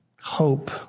Hope